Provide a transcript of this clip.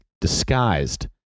disguised